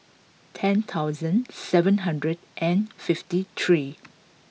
ten thousand seven hundred and fifty three